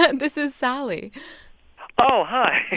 ah and this is sally oh, hi